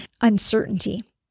uncertainty